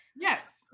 yes